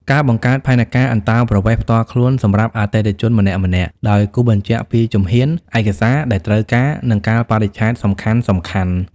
ការបង្កើតផែនការអន្តោប្រវេសន៍ផ្ទាល់ខ្លួនសម្រាប់អតិថិជនម្នាក់ៗ ដោយគូសបញ្ជាក់ពីជំហាន ឯកសារដែលត្រូវការ និងកាលបរិច្ឆេទសំខាន់ៗ។